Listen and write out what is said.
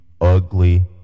ugly